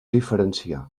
diferenciar